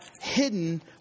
hidden